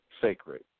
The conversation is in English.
sacred